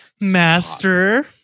Master